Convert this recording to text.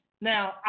Now